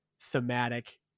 thematic